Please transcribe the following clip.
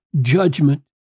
judgment